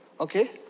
okay